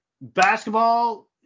basketball